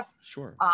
Sure